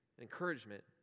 encouragement